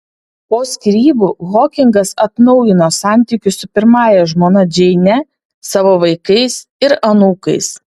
po skyrybų hokingas atnaujino santykius su pirmąja žmona džeine savo vaikais ir anūkais